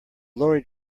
lorry